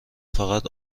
فقط